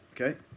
Okay